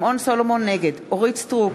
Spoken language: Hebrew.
נגד אורית סטרוק,